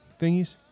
thingies